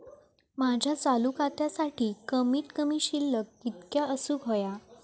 माझ्या चालू खात्यासाठी कमित कमी शिल्लक कितक्या असूक होया?